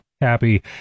happy